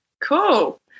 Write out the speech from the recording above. Cool